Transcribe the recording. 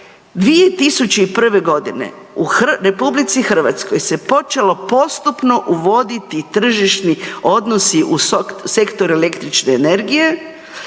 2001.g. u RH se počelo postupno uvoditi tržišni odnosi u sektoru električne energije